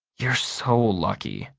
you're so lucky,